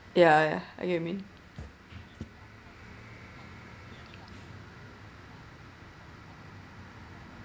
ya ya I get you mean